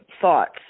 thoughts